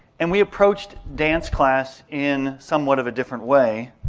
and we approached dance class in somewhat of a different way.